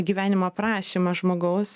gyvenimo aprašymą žmogaus